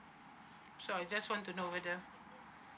so I just want to know whether